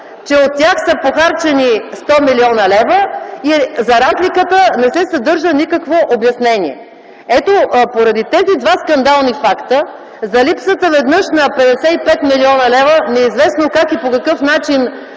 че от тях са похарчени 100 млн. лв. и за разликата не се съдържа никакво обяснение. Ето поради тези два скандални факта – за липсата веднъж на 55 млн. лв., неизвестно как и по какъв начин